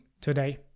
today